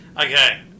Okay